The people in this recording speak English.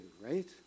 right